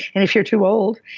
and if you're too old,